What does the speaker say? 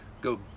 go